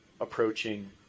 approaching